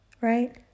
right